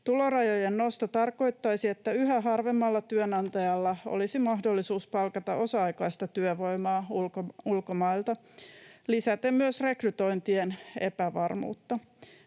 Tulorajojen nosto tarkoittaisi, että yhä harvemmalla työnantajalla olisi mahdollisuus palkata osa-aikaista työvoimaa ulkomailta, mikä lisäisi myös rekrytointien epävarmuutta.